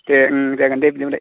दे जागोन दे बिदिबालाय